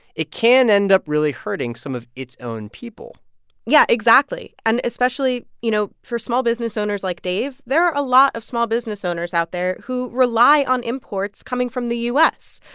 it can end up really hurting some of its own people yeah, exactly and especially, you know, for small business owners like dave. there are a lot of small business owners out there who rely on imports coming from the u s.